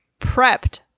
prepped